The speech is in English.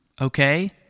Okay